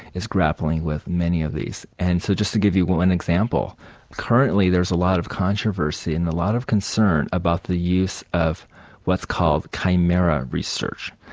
is grappling with many of these. and so just to give you one example currently there's a lot of controversy and a lot of concern about the use of what's called chimera research.